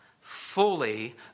fully